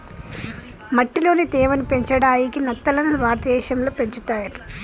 మట్టిలోని తేమ ని పెంచడాయికి నత్తలని భారతదేశం లో పెంచుతర్